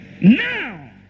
Now